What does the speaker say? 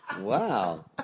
Wow